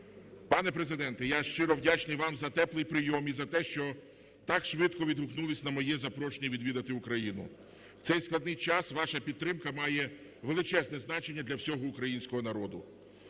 Пане Президенте, я щиро вдячний вам за теплий прийом і за те, що так швидко відгукнулись на моє запрошення відвідати Україну. В цей складний час ваша підтримка має величезне значення для всього українського народу.